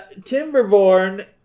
Timberborn